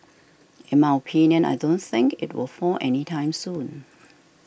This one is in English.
in my opinion I don't think it will fall any time soon